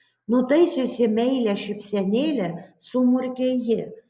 nutaisiusi meilią šypsenėlę sumurkė ji